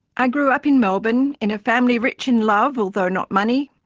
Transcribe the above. i grew up in melbourne in a family rich in love although not money,